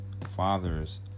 father's